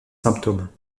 symptômes